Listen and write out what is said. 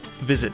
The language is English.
Visit